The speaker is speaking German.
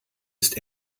ist